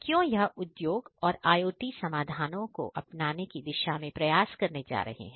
क्यों यह उद्योग और IOT समाधानओं को अपनाने की दिशा में प्रयास करने जा रहे हैं